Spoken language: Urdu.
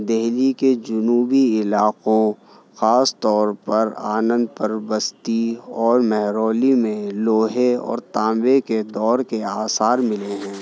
دلی کے جنوبی علاقوں خاص طور پر آنند پر بستی اور مہرولی میں لوہے اور تانبے کے دور کے آثار ملے ہیں